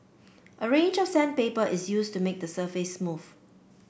a range of sandpaper is used to make the surface smooth